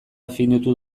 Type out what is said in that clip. definitu